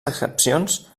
accepcions